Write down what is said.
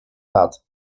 lat